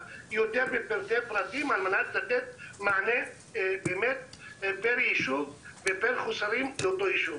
בפירוט על מנת לתת מענה פר יישוב ופר החוסרים של אותו יישוב.